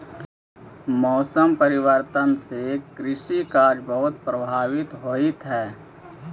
मौसम परिवर्तन से कृषि कार्य बहुत प्रभावित होइत हई